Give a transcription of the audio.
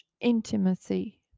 intimacy